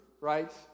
right